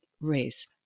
race